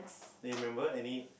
then you remember any